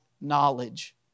knowledge